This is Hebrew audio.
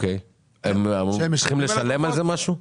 הם צריכים לשלם על זה משהו?